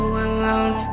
alone